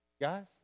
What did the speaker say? Guys